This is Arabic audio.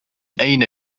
أين